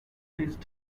please